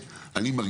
אני מקווה שכך יהיה.